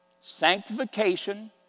sanctification